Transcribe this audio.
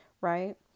right